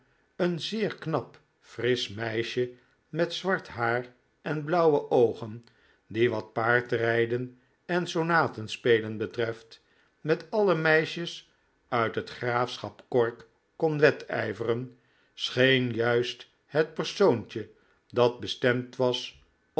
een zeer knap frisch meisje met zwart haar en blauwe oogen die wat paardrijden en sonaten spelen betreft met alle meisjes uit het graafschap cork kon wedijveren scheen juist het persoontje dat bestemd was